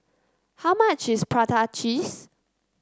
how much is Prata Cheese